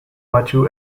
matthew